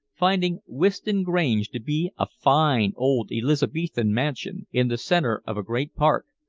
finding whiston grange to be a fine old elizabethan mansion in the center of a great park,